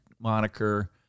moniker